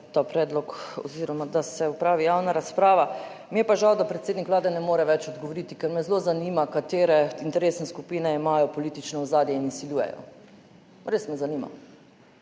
ta predlog, da se opravi javna razprava. Mi je pa žal, da predsednik Vlade ne more več odgovoriti, ker me zelo zanima, katere interesne skupine imajo politično ozadje in izsiljujejo. Res me zanima,